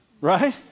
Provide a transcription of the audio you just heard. Right